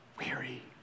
Weary